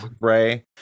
ray